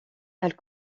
elle